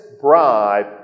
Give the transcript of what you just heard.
bribe